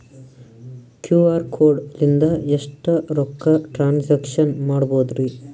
QR code ಲಿಂದ ಎಷ್ಟ ರೊಕ್ಕ ಟ್ರಾನ್ಸ್ಯಾಕ್ಷನ ಮಾಡ್ಬೋದ್ರಿ?